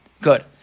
good